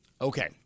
Okay